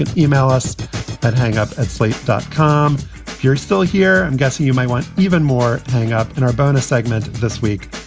and you can e-mail us at hang-up at slate dot com. if you're still here, i'm guessing you might want even more hang up in our bonus segment this week.